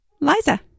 Liza